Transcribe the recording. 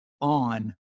on